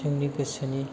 जोंनि गोसोनि